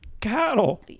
cattle